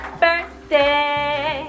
birthday